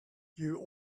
you